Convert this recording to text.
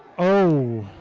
oh